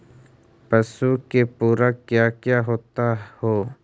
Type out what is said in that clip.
पशु के पुरक क्या क्या होता हो?